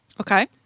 Okay